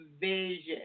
vision